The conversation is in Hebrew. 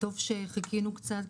טוב שחיכינו קצת,